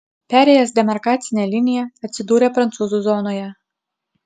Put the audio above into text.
perėjęs demarkacinę liniją atsidūrė prancūzų zonoje